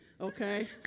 okay